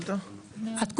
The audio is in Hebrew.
היא עלתה